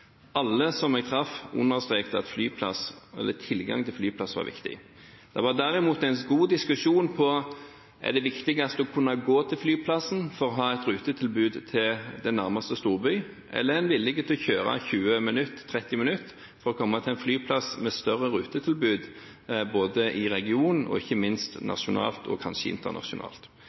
Alle som jeg traff, understreket at tilgang til flyplass var viktig. Det var derimot en god diskusjon rundt om det viktigste var å kunne gå til flyplassen og ha et rutetilbud til nærmeste storby, eller om en er villig til å kjøre 20–30 minutter for å komme til en flyplass med større rutetilbud, både i regionen og ikke minst nasjonalt,